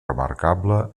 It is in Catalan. remarcable